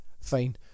fine